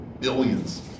billions